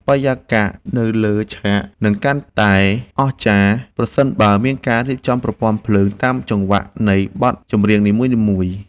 បរិយាកាសនៅលើឆាកនឹងកាន់តែអស្ចារ្យប្រសិនបើមានការរៀបចំប្រព័ន្ធភ្លើងតាមចង្វាក់នៃបទចម្រៀងនីមួយៗ។